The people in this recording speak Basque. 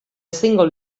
ezingo